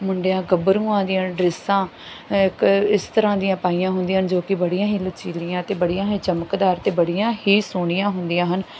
ਮੁੰਡਿਆ ਗੱਭਰੂਆਂ ਦੀਆਂ ਡਰੈਸਾਂ ਇੱਕ ਇਸ ਤਰ੍ਹਾਂ ਦੀਆਂ ਪਾਈਆਂ ਹੁੰਦੀਆਂ ਹਨ ਜੋ ਕਿ ਬੜੀਆਂ ਹੀ ਲਚਕੀਲੀਆਂ ਅਤੇ ਬੜੀਆਂ ਹੀ ਚਮਕਦਾਰ ਅਤੇ ਬੜੀਆਂ ਹੀ ਸੋਹਣੀਆਂ ਹੁੰਦੀਆਂ ਹਨ